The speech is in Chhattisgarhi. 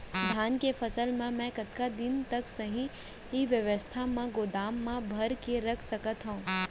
धान के फसल ला मै कतका दिन तक सही अवस्था में गोदाम मा भर के रख सकत हव?